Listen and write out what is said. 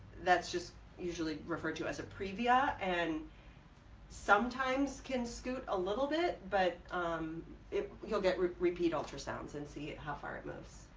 that's just usually referred to as the previa and sometimes can scoot a little bit, but if you'll get repeat ultrasounds and see how far it moved.